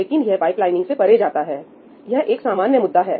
लेकिन यह पाइपलाइनिंग से परे जाता है यह एक सामान्य मुद्दा है